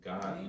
God